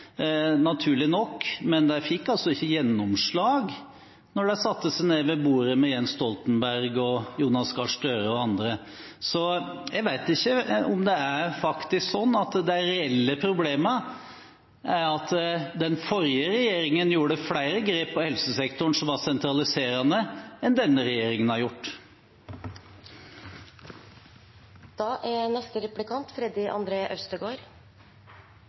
naturlig nok, men de fikk altså ikke gjennomslag da de satte seg ned ved bordet med Jens Stoltenberg, Jonas Gahr Støre og andre. Så jeg vet ikke om det faktisk er sånn at det reelle problemet er at den forrige regjeringen tok flere grep i helsesektoren som var sentraliserende, enn det denne regjeringen har gjort. Klimakrisen er